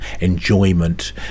enjoyment